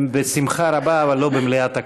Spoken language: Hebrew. בשמחה רבה, אבל לא במליאת הכנסת.